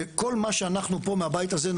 וכל מה שאנחנו פה מהבית הזה,